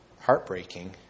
heartbreaking